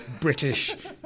British